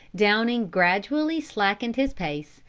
downing gradually slackened his pace,